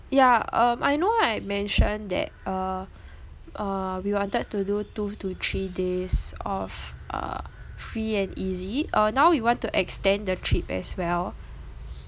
yeah um I know I mentioned that uh uh we wanted to do two to three days of uh free and easy uh now we want to extend the trip as well